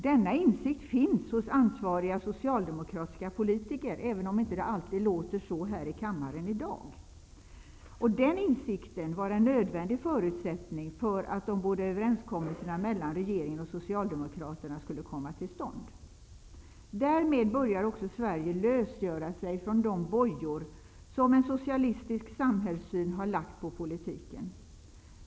Denna insikt finns hos ansvariga socialdemokratiska politiker även om det inte alltid låter så i kammaren i dag. Den insikten var en nödvändig förutsättning för att de båda överenskommelserna mellan regeringen och Socialdemokraterna skulle komma till stånd. Därmed börjar också Sverige lösgöra sig från de bojor som en socialistisk samhällssyn har lagt på politiken.